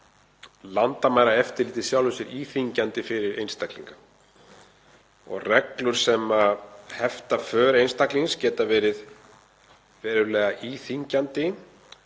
landamæraeftirlit í sjálfu sér íþyngjandi fyrir einstaklinga og reglur sem hefta för einstaklings geta verið verulega íþyngjandi,